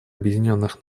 объединенных